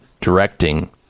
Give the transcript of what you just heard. directing